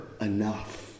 enough